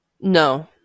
No